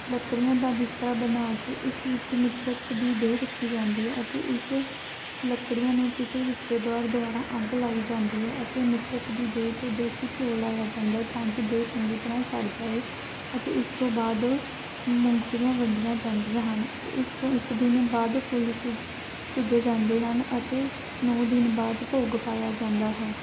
ਲੱਕੜੀਆਂ ਦਾ ਬਿਸਤਰਾ ਬਣਾ ਕੇ ਉਸ ਵਿੱਚ ਮ੍ਰਿਤਕ ਦੀ ਦੇਹ ਰੱਖੀ ਜਾਂਦੀ ਹੈ ਅਤੇ ਉਸ ਲੱਕੜੀਆਂ ਨੂੰ ਕਿਸੇ ਰਿਸ਼ਤੇਦਾਰ ਦੁਆਰਾ ਅੱਗ ਲਾਈ ਜਾਂਦੀ ਹੈ ਅਤੇ ਮ੍ਰਿਤਕ ਦੀ ਦੇਹ 'ਤੇ ਦੇਸੀ ਘਿਓ ਲਾਇਆ ਜਾਂਦਾ ਤਾਂ ਕਿ ਦੇਹ ਚੰਗੀ ਤਰ੍ਹਾਂ ਸੜ ਜਾਵੇ ਅਤੇ ਉਸ ਤੋਂ ਬਾਅਦ ਮੂੰਗਫਲੀਆਂ ਵੰਡੀਆਂ ਜਾਂਦੀਆਂ ਹਨ ਅਤੇ ਉਸ ਤੋਂ ਇੱਕ ਦਿਨ ਬਾਅਦ ਫੁੱਲ ਚੁੱਗ ਚੁਗੇ ਜਾਂਦੇ ਹਨ ਅਤੇ ਨੌਂ ਦਿਨ ਬਾਅਦ ਭੋਗ ਪਾਇਆ ਜਾਂਦਾ ਹੈ